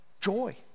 joy